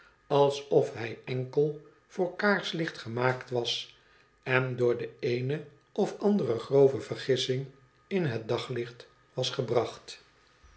alsof hij enkel voor kaarslicht gemaakt was en door de cene of andere grove vergissing in het daglicht was gebracht